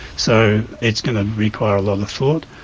so it's going to require a lot of thought.